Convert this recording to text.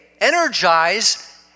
energize